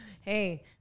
Hey